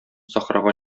сахрага